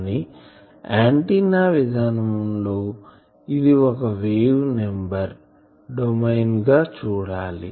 కానీ ఆంటిన్నా విధానం లో ఇది ఒక వేవ్ నెంబర్ డొమైన్ గా చూడాలి